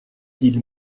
ils